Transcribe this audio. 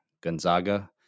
Gonzaga